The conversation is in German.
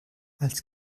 als